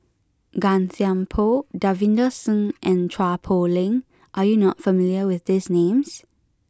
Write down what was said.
Gan Thiam Poh Davinder Singh and Chua Poh Leng are you not familiar with these names